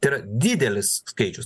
tai yra didelis skaičius